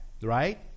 Right